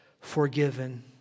Forgiven